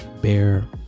bear